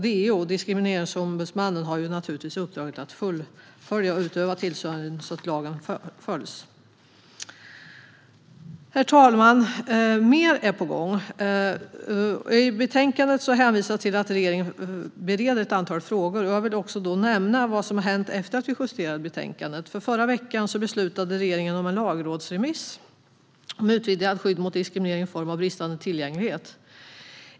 DO, Diskrimineringsombudsmannen, har naturligtvis uppdraget att utöva tillsyn, så att lagen följs. Herr talman! Mer är på gång. I betänkandet hänvisas det till att regeringen bereder ett antal frågor. Jag vill då nämna vad som har hänt efter att vi justerade betänkandet. Förra veckan beslutade regeringen om en lagrådsremiss om utvidgat skydd mot diskriminering i form av bristande tillgänglighet.